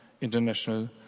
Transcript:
international